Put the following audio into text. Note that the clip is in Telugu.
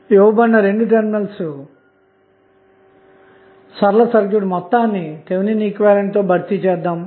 ఇవ్వబడిన 2 టెర్మినల్స్ సరళ సర్క్యూట్ మొత్తాన్ని థెవినిన్ ఈక్వివలెంట్ తో భర్తీచేద్దాము